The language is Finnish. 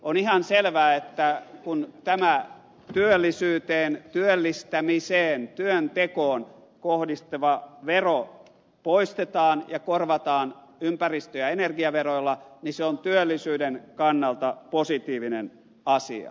on ihan selvää että kun tämä työllisyyteen työllistämiseen työntekoon kohdistuva vero poistetaan ja korvataan ympäristö ja energiaveroilla se on työllisyyden kannalta positiivinen asia